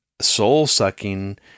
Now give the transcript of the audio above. soul-sucking